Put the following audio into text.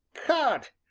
cod!